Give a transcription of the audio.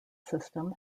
system